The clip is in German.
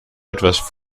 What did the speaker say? etwas